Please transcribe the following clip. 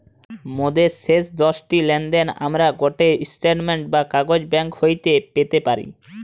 মোদের শেষ দশটি লেনদেনের আমরা গটে স্টেটমেন্ট বা কাগজ ব্যাঙ্ক হইতে পেতে পারি